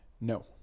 No